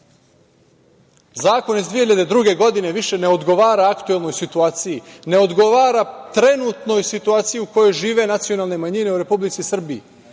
iz 2002. godine više ne odgovara aktuelnoj situaciji, ne odgovara trenutnoj situaciji u kojoj žive nacionalne manjine u Republici Srbiji